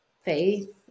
faith